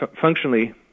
functionally